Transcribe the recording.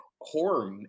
horror